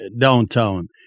downtown